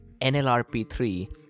NLRP3